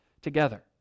together